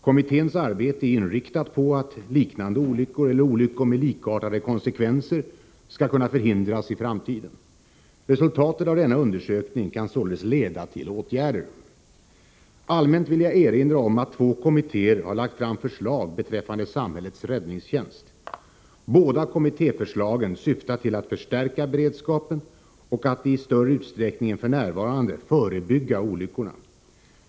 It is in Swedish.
Kommitténs arbete är inriktat på att liknande olyckor eller olyckor med likartade konsekvenser skall kunna förhindras i framtiden. Resultatet av denna undersökning kan således leda till åtgärder. Allmänt vill jag erinra om att två kommittéer har lagt fram förslag beträffande samhällets räddningstjänst. Båda kommittéförslagen syftar till att förstärka beredskapen och att i större utsträckning än f.n. förebygga olyckorna.